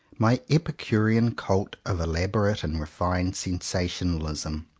my epicurean cult of elaborate and refined sensationalism.